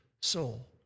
soul